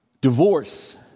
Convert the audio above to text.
divorce